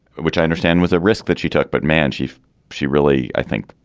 which i understand was a risk that she took. but, man, she she really, i think,